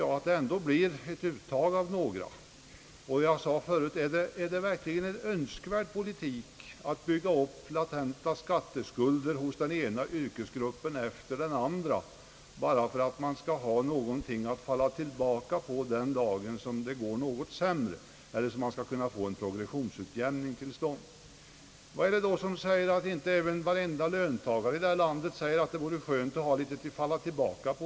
Jag fråga de förut, om det verkligen är en önskvärd politik att bygga upp latenta skatteskulder hos den ena yrkesgruppen efter den andra bara för att de skall ha någonting att falla tillbaka på den dagen då det går något sämre, Vad är det som säger att inte även varenda löntagare i det här landet kan tycka att det vore skönt att ha ett litet kapital att falla tillbaka på?